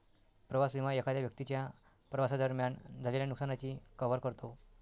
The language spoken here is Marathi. प्रवास विमा एखाद्या व्यक्तीच्या प्रवासादरम्यान झालेल्या नुकसानाची कव्हर करतो